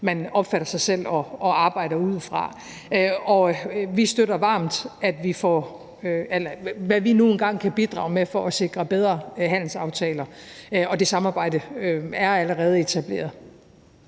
man opfatter sig selv og arbejder ud fra. Og vi støtter varmt, hvad vi nu engang kan bidrage med for at sikre bedre handelsaftaler, og det samarbejde er allerede etableret.